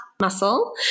muscle